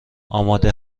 آماده